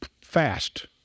fast